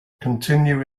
continue